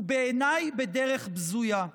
ובעיניי בדרך בזויה.